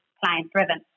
client-driven